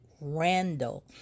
Randall